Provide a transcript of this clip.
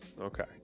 okay